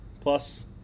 plus